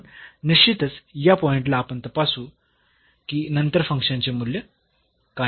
म्हणून निश्चितच या पॉईंटला आपण तपासू की नंतर फंक्शनचे मूल्य काय आहे